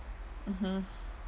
mmhmm